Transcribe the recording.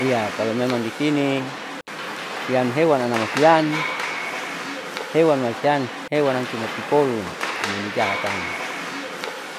Ia kalomemang disini siam hewanam namasiam, hewan maisiam hewan nacuman tipolun amoinijahat tam